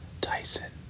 Tyson